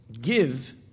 give